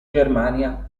germania